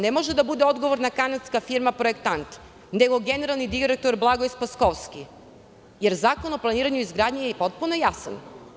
Ne može da bude odgovorna kanadska firma "Projektant", nego generalni direktor Blagoje Spaskovski, jer Zakon o planiranju i izgradnji je potpuno jasan.